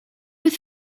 with